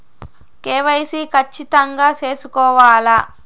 KYC ఖచ్చితంగా సేసుకోవాలా